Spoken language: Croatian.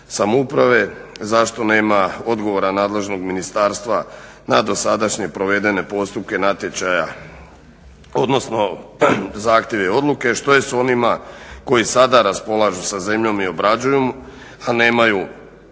samouprave. Zašto nema odgovora nadležnog ministarstva na dosadašnje provedene postupke natječaja odnosno zahtjevi odluke, što je s onima koji sada raspolažu zemljom i obrađuju, a nemaju